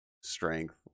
strength